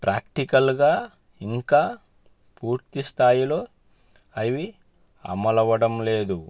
ప్రాక్టికల్గా ఇంకా పూర్తి స్థాయిలో అవి అమలవ్వడం లేదు